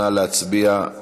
נא להצביע.